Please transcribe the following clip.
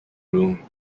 room